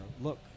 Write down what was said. look